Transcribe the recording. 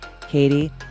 Katie